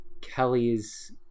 kelly's